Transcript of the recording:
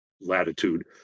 latitude